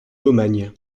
lomagne